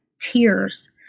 tears